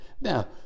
now